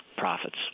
profits